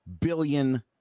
billion